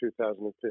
2015